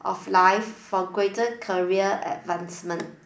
of life for greater career advancement